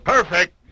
Perfect